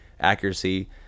accuracy